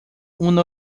uma